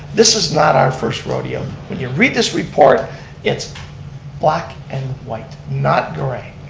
this is not our first rodeo. when you read this report it's black and white, not gray.